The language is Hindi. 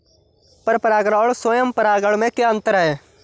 पर परागण और स्वयं परागण में क्या अंतर है?